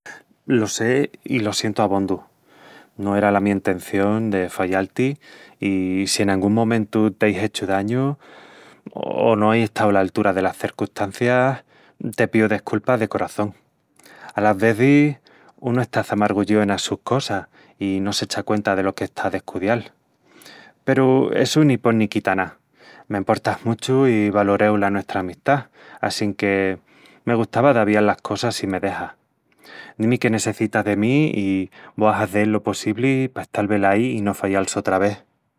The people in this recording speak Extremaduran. Lo sé i lo sientu abondu. No era la mi entención de fallal-ti i si en angún momentu t'ei hechu dañu o no ei estau ala altura delas cercustancias, te píu desculpas de coraçón. Alas vezis unu está çamargullíu enas sus cosas i no s'echa cuenta delo que está a descudial. Peru essu ni pon ni quita ná. M'emportas muchu i valoreu la nuestra amistá, assinque me gustava d'avial las cosas si me dexas. Di-mi que nessecitas de mí i vó a hazel lo possibli pa estal velaí i no fallal sotra vés.